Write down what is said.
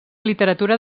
literatura